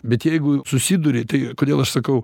bet jeigu susiduri tai kodėl aš sakau